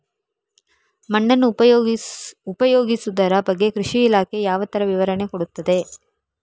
ಮಣ್ಣನ್ನು ಉಪಯೋಗಿಸುದರ ಬಗ್ಗೆ ಕೃಷಿ ಇಲಾಖೆ ಯಾವ ತರ ವಿವರಣೆ ಕೊಡುತ್ತದೆ?